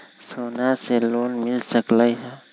सोना से लोन मिल सकलई ह?